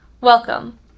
welcome